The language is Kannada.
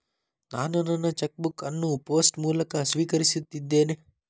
ನಾನು ನನ್ನ ಚೆಕ್ ಬುಕ್ ಅನ್ನು ಪೋಸ್ಟ್ ಮೂಲಕ ಸ್ವೀಕರಿಸಿದ್ದೇನೆ